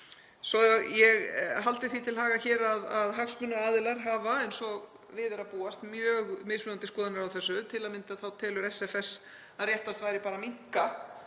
Svo ég haldi því til haga hér hafa hagsmunaaðilar, eins og við er að búast, mjög mismunandi skoðanir á þessu. Til að mynda telur SFS að réttast væri bara að